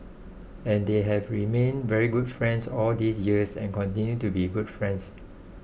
and they have remained very good friends all these years and continue to be good friends